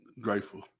grateful